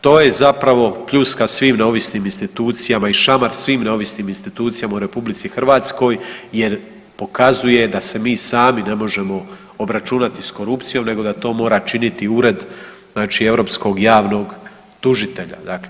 To je zapravo pljuska svim neovisnim institucijama i šamar svim neovisnim institucijama u RH jer pokazuje da se mi sami ne možemo obračunati s korupcijom nego da to mora činiti ured, znači europskog javnog tužitelja, dakle.